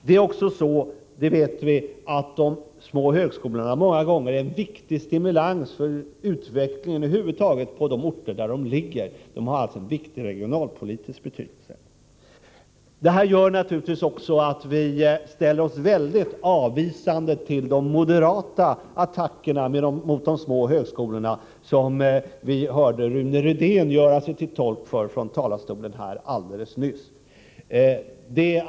Vi vet också att de små högskolorna ofta utgör en viktig stimulans för utvecklingen över huvud taget på de orter där de ligger. De har alltså en viktig regionalpolitisk betydelse. Detta gör naturligtvis också att vi ställer oss mycket avvisande till de moderata attackerna mot de små högskolorna, attacker som Rune Rydén alldeles nyss gav prov på i talarstolen.